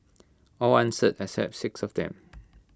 all answered except six of them